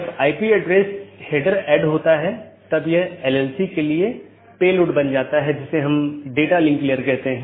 इसलिए मैं AS के भीतर अलग अलग तरह की चीजें रख सकता हूं जिसे हम AS का एक कॉन्फ़िगरेशन कहते हैं